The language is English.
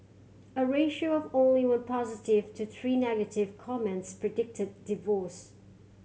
a ratio of only one positive to three negative comments predicted divorce